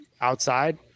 outside